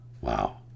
wow